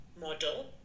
model